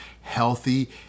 healthy